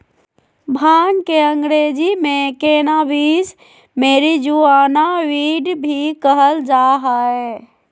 भांग के अंग्रेज़ी में कैनाबीस, मैरिजुआना, वीड भी कहल जा हइ